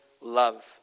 love